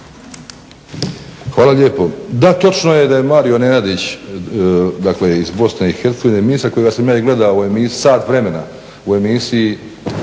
Hvala lijepo. Da točno je da je Mario Nenadić, dakle iz Bosne i Hercegovine, emisija koja sam ja i gledao, sat vremena u emisiji